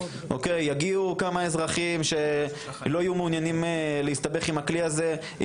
יגיעו כמה אזרחים שלא יהיו מעוניינים להסתבך עם הכלי הזה,